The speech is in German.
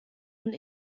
und